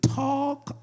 talk